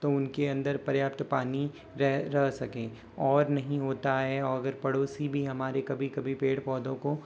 तो उनके अंदर पर्याप्त पानी रह रह सके और नही होता है अगर पड़ोसी भी हमारे कभी कभी पेड़ पौधो को